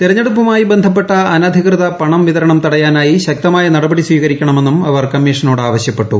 തെരഞ്ഞെടുപ്പുമായി ബന്ധപ്പെട്ട അനധികൃത പണം വിതരണം തടയാനായി ശക്തമായ നടപടി സ്വീകരിക്കണമെന്നും അവർ കമ്മീഷനോട് ആവശൃപ്പെട്ടു